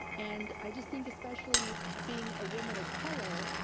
and i just think, especially being a woman of color,